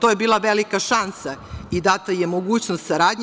To je bila velika šansa i data je mogućnost saradnje.